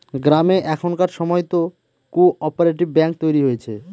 গ্রামে এখনকার সময়তো কো অপারেটিভ ব্যাঙ্ক তৈরী হয়েছে